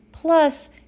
plus